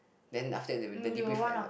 then after that the the debrief ended